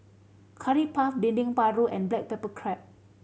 Curry Puff Dendeng Paru and black pepper crab